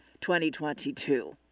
2022